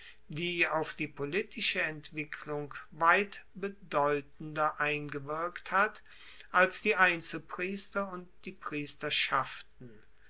die auf die politische entwicklung weit bedeutender eingewirkt hat als die einzelpriester und die priesterschaften